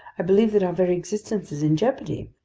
i believe that our very existence is in jeopardy.